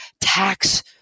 tax